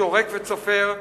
שורק וצופר.